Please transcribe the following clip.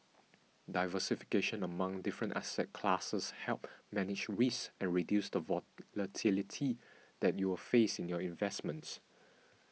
diversification among different asset classes helps manage risk and reduce the volatility that you will face in your investments